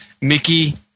Mickey